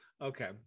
okay